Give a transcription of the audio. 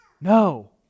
No